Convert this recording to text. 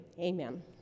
amen